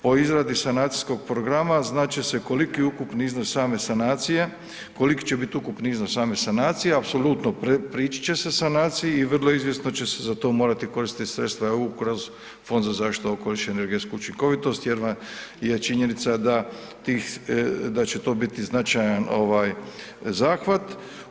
Po izradi sanacijskog programa znat će se koliki je ukupni iznos same sanacije, koliki će biti ukupni iznos same sanacije, apsolutno priči će se sanaciji i vrlo izvjesno će se za to morati koristiti sredstva EU kroz Fond za zaštitu okoliša i energetsku učinkovitost jer vam je činjenica da tih, da će to biti značajan ovaj zahvat.